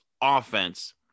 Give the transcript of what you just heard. offense